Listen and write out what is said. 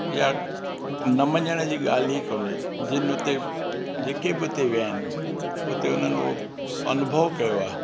इहा न मञण जी ॻाल्हि ई कोन्हे जिनि उते जेके बि उते विया आहिनि उते हुननि उहो अनुभव कयो आहे